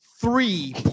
three